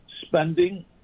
spending